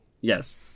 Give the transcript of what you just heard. yes